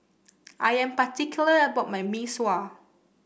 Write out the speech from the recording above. I am particular about my Mee Sua